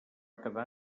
quedar